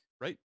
right